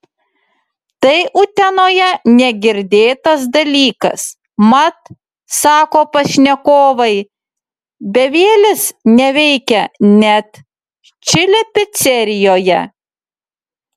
tai utenoje negirdėtas dalykas mat sako pašnekovai bevielis neveikia net čili picerijoje